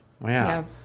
Wow